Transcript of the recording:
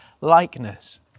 likeness